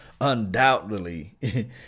Undoubtedly